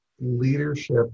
leadership